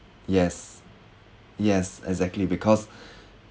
yes yes exactly because